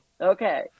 Okay